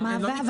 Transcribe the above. בריא.